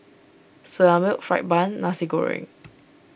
Soya Milk Fried Bun Nasi Goreng